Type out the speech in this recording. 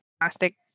plastic